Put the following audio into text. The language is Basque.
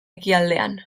ekialdean